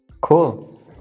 Cool